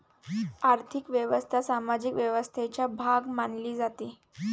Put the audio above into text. आर्थिक व्यवस्था सामाजिक व्यवस्थेचा भाग मानली जाते